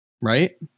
right